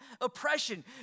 oppression